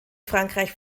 frankreich